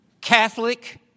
Catholic